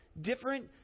different